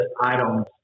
items